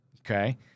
Okay